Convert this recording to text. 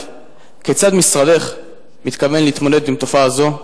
כיצד משרדך מתכוון להתמודד עם תופעה זו?